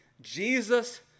Jesus